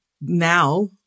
now